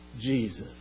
Jesus